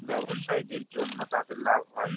ব্যবসায়ীদের জন্য তাদের লাভ হয়